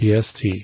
PST